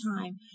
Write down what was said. time